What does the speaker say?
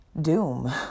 doom